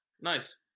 nice